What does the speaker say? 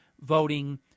voting